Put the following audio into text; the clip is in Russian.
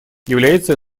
является